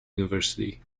university